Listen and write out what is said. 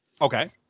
Okay